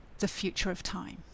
TheFutureOfTime